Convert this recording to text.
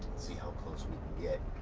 see how close we can get.